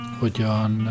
hogyan